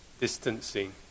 distancing